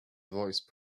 voice